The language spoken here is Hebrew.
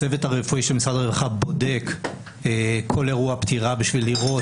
הצוות הרפואי של משרד הרווחה בודק כל אירוע פטירה בשביל לראות